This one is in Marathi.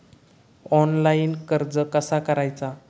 ऑनलाइन कर्ज कसा करायचा?